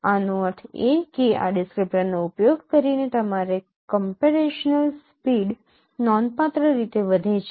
આનો અર્થ એ કે આ ડિસ્ક્રીપ્ટરનો ઉપયોગ કરીને તમારે કમ્પરેશનલ સ્પીડ નોંધપાત્ર રીતે વધે છે